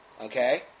Okay